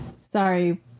Sorry